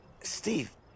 Steve